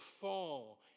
fall